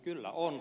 kyllä on